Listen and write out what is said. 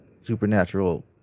supernatural